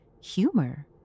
humor